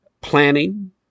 planning